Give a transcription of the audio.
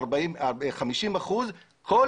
עד כה נוצל 50%. כל